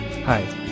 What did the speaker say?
Hi